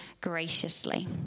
graciously